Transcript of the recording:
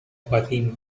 fatima